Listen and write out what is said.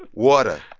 water